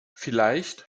vielleicht